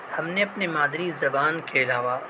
ہم نے اپنی مادری زبان کے علاوہ